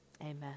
Amen